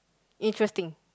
interesting